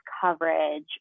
coverage